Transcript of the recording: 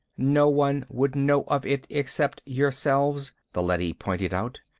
no one would know of it except yourselves, the leady pointed out.